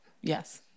Yes